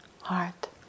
heart